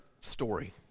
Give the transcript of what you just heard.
story